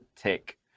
take